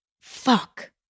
fuck